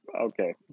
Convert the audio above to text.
okay